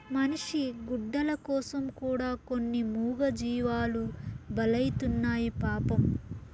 మనిషి గుడ్డల కోసం కూడా కొన్ని మూగజీవాలు బలైతున్నాయి పాపం